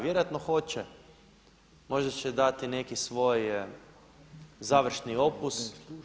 Vjerojatno hoće, možda će dati neki svoj završni opus.